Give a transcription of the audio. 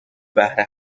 بهره